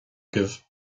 agaibh